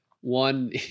one